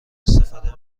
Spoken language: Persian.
استفاده